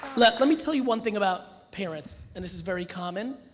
let let me tell you one thing about parents, and this is very common,